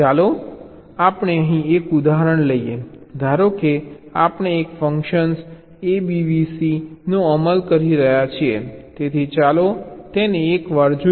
ચાલો આપણે અહીં એક ઉદાહરણ લઈએ ધારો કે આપણે એક ફંક્શન abvc નો અમલ કરી રહ્યા છીએ તેથી ચાલો તેને એકવાર જોઈએ